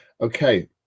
Okay